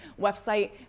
website